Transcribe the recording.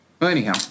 anyhow